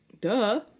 Duh